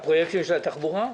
הפרויקטים של התחבורה?